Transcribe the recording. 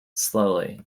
slowly